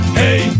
hey